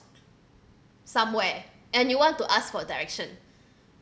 somewhere and you want to ask for direction